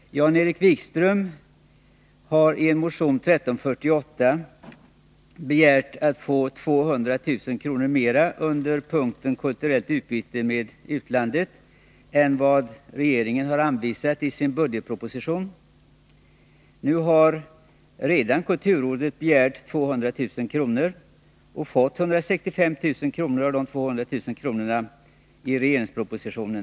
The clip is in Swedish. Jan-Erik Wikström har i motion 1348, anslaget kulturellt utbyte med utlandet, begärt att få 200000 kr. utöver vad regeringen föreslagit i budgetpropositionen. Nu har kulturrådet redan begärt 200 000 kr. och fått 165 000 kr. av propositionens 200 000.